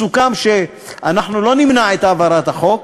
סוכם שאנחנו לא נמנע את העברת החוק,